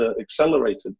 accelerated